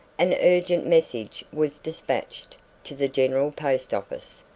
an urgent message was despatched to the general post office,